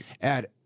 Add